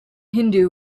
hindu